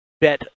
Bet